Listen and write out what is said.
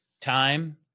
time